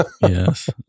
yes